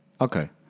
Okay